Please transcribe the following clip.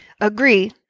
agree